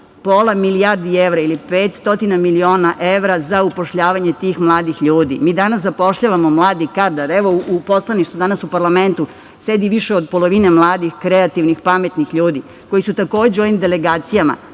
pola milijardi evra ili 500 miliona evra za upošljavanje tih mladih ljudi. Mi danas zapošljavamo mladi kadar. Evo, danas u parlamentu sedi više od polovine mladih, kreativnih, pametnih ljudi koji su takođe u ovim delegacijama,